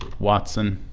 watson,